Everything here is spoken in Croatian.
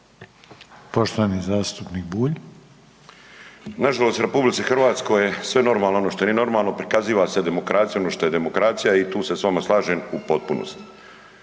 Poštovani zastupnik Bulj. **Bulj, Miro (MOST)** Nažalost RH je sve normalno ono što nije normalno, prikaziva se demokracija ono što je demokracija i tu se s vama slažem u potpunosti.